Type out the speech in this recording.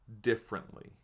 differently